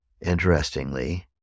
Interestingly